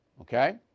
Okay